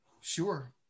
Sure